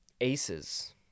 Aces